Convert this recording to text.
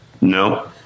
No